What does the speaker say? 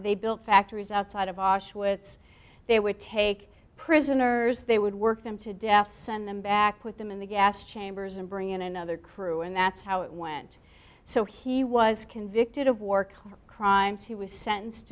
they built factories outside of auschwitz they would take prisoners they would work them to death send them back put them in the gas chambers and bring in another crew and that's how it went so he was convicted of war crimes he was sentenced